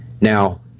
Now